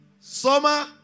summer